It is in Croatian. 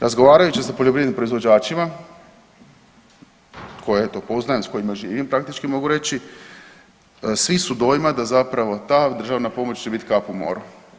Razgovarajući sa poljoprivrednim proizvođačima koje eto poznajem, s kojim živim praktički mogu reći, svi su dojma da zapravo ta državna pomoć će biti kap u moru.